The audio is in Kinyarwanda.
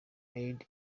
eid